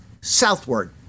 southward